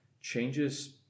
changes